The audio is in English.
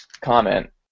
comment